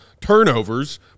turnovers